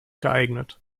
geeignet